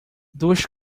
duas